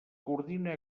coordina